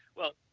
well,